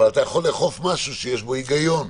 אבל אתה יכול לאכוף משהו שיש בו היגיון.